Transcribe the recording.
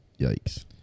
Yikes